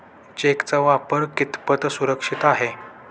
चेकचा वापर कितपत सुरक्षित आहे?